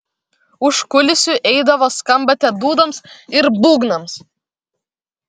už kulisių eidavo skambate dūdoms ir būgnams